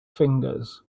fingers